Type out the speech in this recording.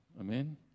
Amen